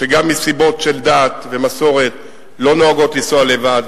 שגם מסיבות של דת ומסורת לא נוהגות לנסוע לבד,